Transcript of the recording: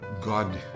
God